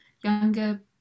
younger